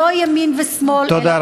שלא ימין ושמאל -- תודה רבה.